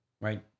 right